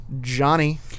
Johnny